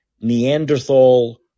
Neanderthal